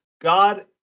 God